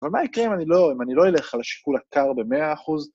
אבל מה יקרה אם אני לא אלך על השיקול הקר במאה אחוז?